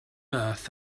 earth